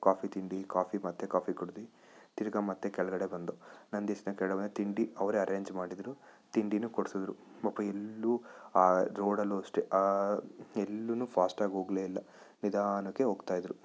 coffee ತಿಂಡಿ coffee ಮತ್ತೆ coffee ಕುಡ್ದು ತಿರ್ಗ ಮತ್ತೆ ಕೆಳಗಡೆ ಬಂದು ನಂದಿ ಹಿಲ್ಸ್ನ ಕೆಳಗಡೆ ತಿಂಡಿ ಅವರೇ ಅರೆಂಜ್ ಮಾಡಿದ್ದರು ತಿಂಡಿನೂ ಕೊಡಿಸಿದ್ರು ಪಾಪ ಎಲ್ಲೂ ಆ ರೋಡಲ್ಲೂ ಅಷ್ಟೇ ಎಲ್ಲೂ ಫಾಸ್ಟಾಗಿ ಹೋಗಲೇ ಇಲ್ಲ ನಿಧಾನಕ್ಕೆ ಹೋಗ್ತಾಯಿದ್ದರು